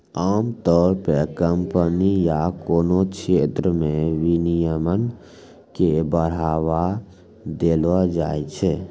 आमतौर पे कम्पनी या कोनो क्षेत्र मे विनियमन के बढ़ावा देलो जाय छै